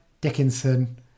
Dickinson